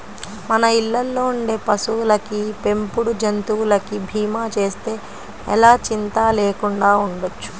మన ఇళ్ళల్లో ఉండే పశువులకి, పెంపుడు జంతువులకి భీమా చేస్తే ఎలా చింతా లేకుండా ఉండొచ్చు